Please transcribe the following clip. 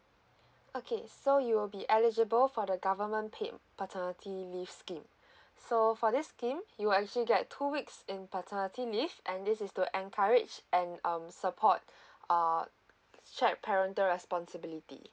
okay so you will be eligible for the government paid paternity leave scheme so for this scheme you will actually get two weeks in paternity leave and this is to encourage and um support err check parental responsibility